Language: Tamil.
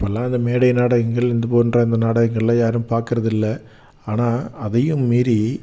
இப்போலாம் அந்த மேடை நாடகங்கள் இதுபோன்ற அந்த நாடகங்களில் யாரும் பார்க்குறதில்ல ஆனால் அதையும் மீறி